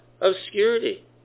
Obscurity